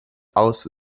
aus